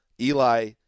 Eli